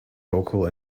vocal